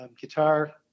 guitar